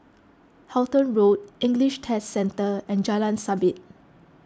Halton Road English Test Centre and Jalan Sabit